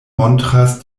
montras